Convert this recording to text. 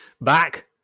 back